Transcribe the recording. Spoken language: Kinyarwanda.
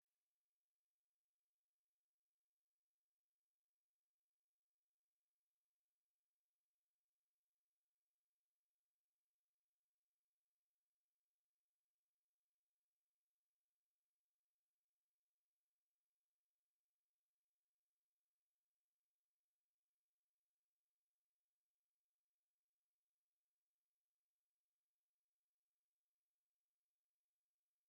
Imbere mu kigo cy'amashuri yubakitse neza, abanyeshuri bicaye aho basanzwe bahurira ku ngazi. Abo banyeshuri bambaye impuzankano z'umweru hejuru n'ibara ry'ivu ku myenda yo hasi. Umwarimu ahagaze imbere ya bo, mu kibuga kirimo sima, arimo arabaha ikiganiro. Mu kigo kandi imbere y'amashuri, asakaje amabati y'ubururu, hateye ibiti binini biri ku murongo.